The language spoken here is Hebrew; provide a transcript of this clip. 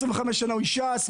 25 שנה הוא איש ש"ס,